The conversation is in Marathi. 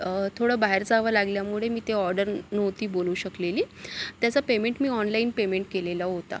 थोडं बाहेर जावं लागल्यामुळे ते मी ऑर्डर नव्हती बोलू शकलेली त्याचं पेमेंट मी ऑनलाईन पेमेंट केलेला होता